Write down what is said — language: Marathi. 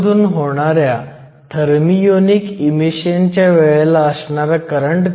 तर पुन्हा एकदा De आणि Dh ची गणना केली आहे τe आणि τh दिले आहेत